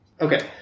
Okay